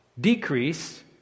decrease